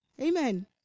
Amen